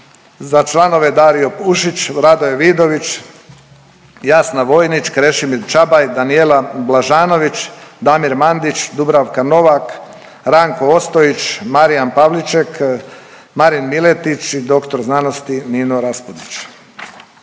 za članove Darijo Pušić, Radoje Vidović, Jasna Vojnić, Krešimir Čabaj, Danijela Blažanović, Damir Mandić, Dubravka Novak, Ranko Ostojić, Marijan Pavliček, Marin Miletić i dr. sc. Nino Raspudić.